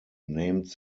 named